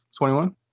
21